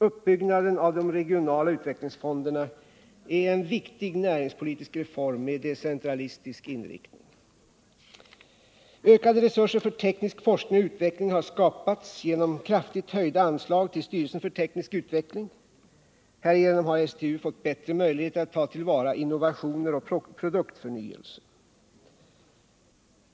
Uppbyggnad av de regionala utvecklingsfonderna är en viktig näringspolitisk reform med decentralistisk inriktning. Ökade resurser för teknisk forskning och utveckling har skapats genom kraftigt höjda anslag till styrelsen för teknisk utveckling. Härigenom har STU fått bättre möjligheter att ta till vara innovationer och produktförnyelse.